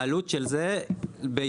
העלות של זה היא במיליארדים,